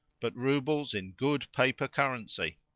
but roubles in good paper currency.